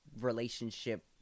relationship